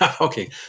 Okay